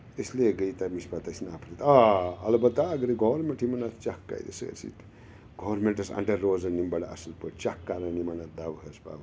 اِسلیے گٔے تَمِچ پَتہٕ اَسہِ نفرت آ اَلبتہ اگرے گورمِنٹ یِمَن اَتھ چَک کَرِ سٲرسٕے گورمِنٹَس اَنڈَر روزَن یِم بَڑٕ اَصٕل پٲٹھۍ چَک کَرَن یِمَن اَتھ دَواحس پَوہَس